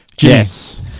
Yes